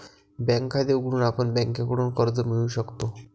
bank खाते उघडून आपण बँकेकडून कर्ज मिळवू शकतो